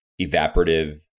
evaporative